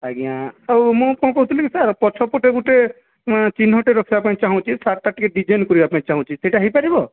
ଆଜ୍ଞା ଆଉ ମୁଁ କ'ଣ କହୁଥିଲି କି ସାର୍ ପଛପଟେ ଗୋଟେ ଏଁ ଚିହ୍ନଟେ ରଖିବାପାଇଁ ଚାହୁଁଛି ସାର୍ଟ୍ ଟା ଟିକିଏ ଡିଜାଇନ୍ କରିବାପାଇଁ ଚାହୁଁଛି ସେଇଟା ହେଇପାରିବ